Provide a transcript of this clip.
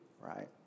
right